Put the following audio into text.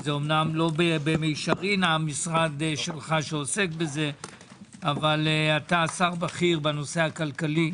זה אמנם לא במישרין המשרד שלך שעוסק בכך אך אתה שר בכיר בנושא הכלכלי.